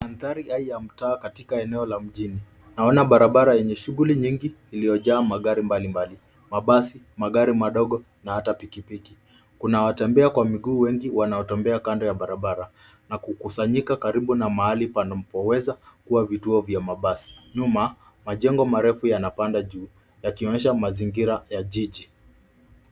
Mandhari haya ya mtaa katika eneo la mjini. Naona barabara yenye shughuli nyingi iliyojaa magari mbalimbali: mabasi, magari madogo na hata pikipiki. Kuna watembea kwa miguu wengi wanaotembea kando ya barabara, na kukusanyika karibu na mahali panaweza kuwa vituo vya mabasi. Nyuma, majengo marefu yanapanda juu, yakionyesha mazingira ya jiji.